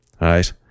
right